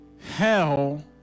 Hell